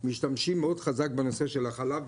משתמשים מאוד חזק בנושא של החלב.